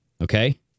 Okay